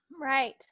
Right